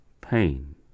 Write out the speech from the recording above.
pain